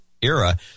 era